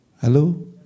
Hello